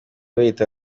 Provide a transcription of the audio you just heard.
biyita